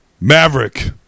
Maverick